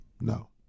No